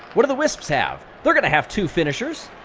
what do the wisps have? they're gonna have two finishers.